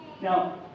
Now